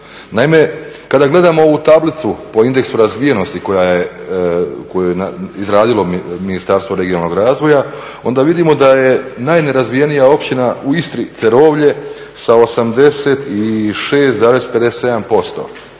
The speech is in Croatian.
Naime, kada gledamo ovu tablicu po indeksu razvijenosti koju je izradilo Ministarstvo regionalnog razvoja onda vidimo da je najnerazvijenija općina u Istri Cerovlje sa 86,57%